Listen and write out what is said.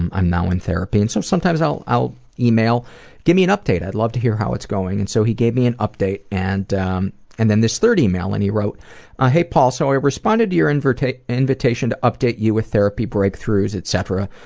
i'm now in therapy. and so sometimes i'll i'll email give me an update, i'd love to hear how it's going and so he gave me an update and um and then this third email and he wrote ah hey paul, so i responded to your invitation invitation to update you with therapy breakthroughs, etc,